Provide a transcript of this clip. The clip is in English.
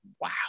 Wow